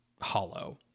hollow